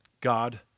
God